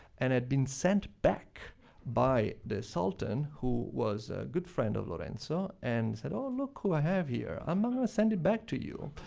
and had been sent back by the sultan, who was a good friend of lorenzo and said, oh, look who i have here. i'm gonna send him back to you.